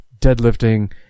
deadlifting